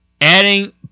adding